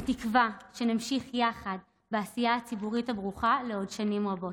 בתקווה שנמשיך יחד בעשייה הציבורית הברוכה עוד שנים רבות.